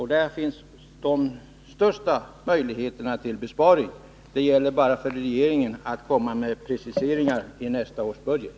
Här finns de största möjligheterna till besparing. Det gäller bara för regeringen att komma med preciseringar i nästa års budget.